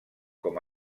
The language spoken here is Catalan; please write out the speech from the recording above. com